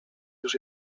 już